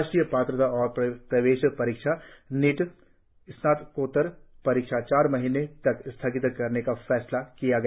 राष्ट्रीय पात्रता और प्रवेश परीक्षा नीट स्नात कोत्तर परीक्षा चार महीने तक स्थगित करने का फैसला किया गया